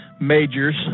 Majors